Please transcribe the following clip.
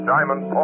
Diamond